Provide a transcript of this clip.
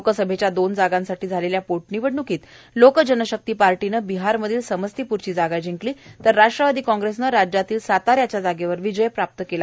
लोकसभेच्या दोन जागांसाठी झालेल्या पोटनिवडण्कीत लोकजन शक्ती पार्टीने बिहार मधली समस्तीप्रची जागा जिंकली तर राष्ट्रवादी काँग्रेसनं राज्यातल्या साताऱ्याच्या जागेवर विजय प्राप्त केला